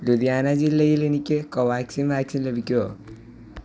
ലുധിയാന ജില്ലയിൽ എനിക്ക് കോവാക്സിൻ വാക്സിൻ ലഭിക്കുമോ